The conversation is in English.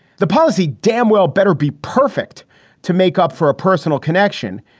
the policy damn well better be perfect to make up for a personal connection,